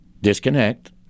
Disconnect